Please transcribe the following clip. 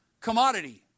commodity